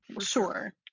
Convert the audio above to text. sure